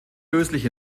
löslich